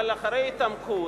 אבל אחרי התעמקות,